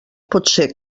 potser